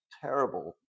terrible